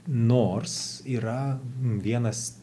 nors yra vienas